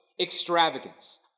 extravagance